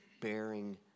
bearing